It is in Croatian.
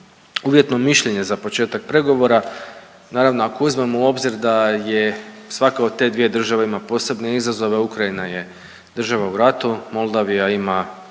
uvjetno mišljenje za početak pregovora. Naravno, ako uzmemo u obzir da je, svaka od te dvije države ima posebne izazove, Ukrajina je država u ratu, Moldavija ima,